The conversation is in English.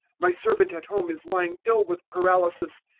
my servant at home is lying ill with paralysis,